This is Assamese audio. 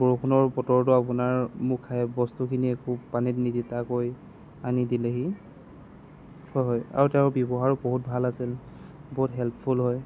বৰষুণৰ বতৰটো আপোনাৰ মোক সেই বস্তুখিনি একো পানীত নিতিতাকৈ আনি দিলেহি হয় হয় আৰু তেওঁৰ ব্যৱহাৰো বহুত ভাল আছিল বহুত হেল্পফুল হয়